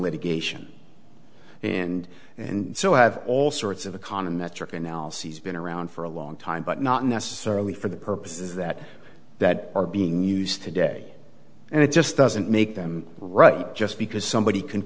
litigation and and so have all sorts of econometric analyses been around for a long time but not necessarily for the purposes that that are being used today and it just doesn't make them right just because somebody can